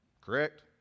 Correct